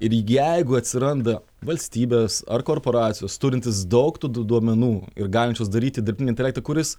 ir jeigu atsiranda valstybės ar korporacijos turintys daug tų duomenų ir galinčios daryti dirbtinį intelektą kuris